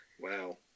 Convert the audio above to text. Wow